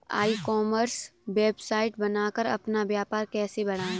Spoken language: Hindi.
ई कॉमर्स वेबसाइट बनाकर अपना व्यापार कैसे बढ़ाएँ?